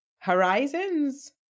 horizons